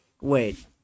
Wait